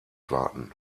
warten